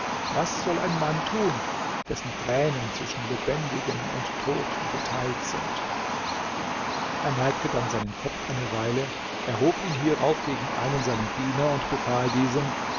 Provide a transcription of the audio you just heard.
was soll ein mann tun dessen tränen zwischen lebendigen und toten geteilt sind er neigte dann seinen kopf eine weile erhob ihn hierauf gegen einen seiner diener und befahl diesem